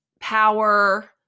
power